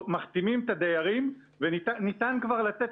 מחתימים את הדיירים וניתן כבר לצאת